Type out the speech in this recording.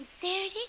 sincerity